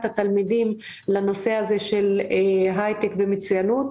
התלמידים לנושא הזה של היי-טק ומצוינות.